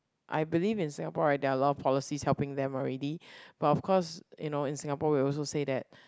I believe in Singapore right there are a lot of policy helping them already but of course you know in Singapore we also said that